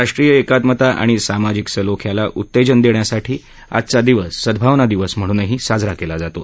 राष्ट्रीय एकात्मता आणि सामाजिक सलोख्याला उत्तेजन देण्यासाठी आजचा दिवस सदभावना दिवस म्हणूनही साजरा केला जातो